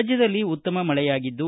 ರಾಜ್ವದಲ್ಲಿ ಉತ್ತಮ ಮಳೆಯಾಗಿದ್ದು